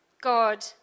God